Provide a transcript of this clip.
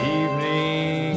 evening